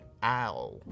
Owl